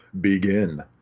begin